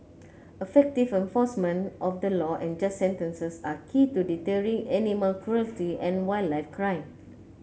effective enforcement of the law and just sentences are key to deterring animal cruelty and wildlife crime